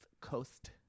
Coast